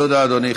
תודה, אדוני.